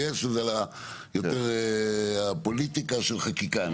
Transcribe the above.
אש אלא יותר הפוליטיקה של החקיקה.